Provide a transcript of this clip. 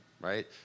right